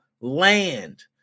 land